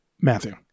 Matthew